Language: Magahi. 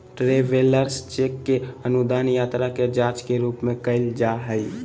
ट्रैवेलर्स चेक के अनुवाद यात्रा के जांच के रूप में कइल जा हइ